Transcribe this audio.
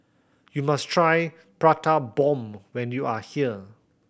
you must try Prata Bomb when you are here